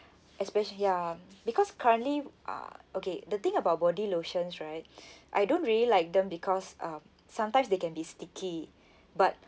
especially ya because currently uh okay the thing about body lotions right I don't really like them because um sometimes they can be sticky but